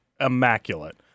immaculate